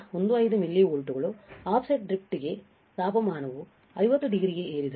15 ಮಿಲಿವೋಲ್ಟ್ಗಳ ಆಫ್ಸೆಟ್ ಡ್ರಿಫ್ಟ್ಗೆ ತಾಪಮಾನವು 50 ಡಿಗ್ರಿಗೆ ಏರಿದರೆ ಔಟ್ಪುಟ್ ವೋಲ್ಟೇಜ್ಗೆ ಏನಾಗುತ್ತದೆ